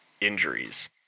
injuries